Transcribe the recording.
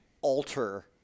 alter